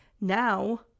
now